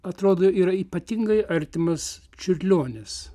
atrodo yra ypatingai artimas čiurlionis